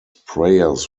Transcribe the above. prayers